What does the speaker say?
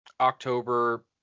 October